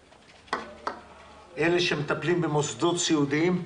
אלה שמטפלים במוסדות סיעודיים,